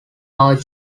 are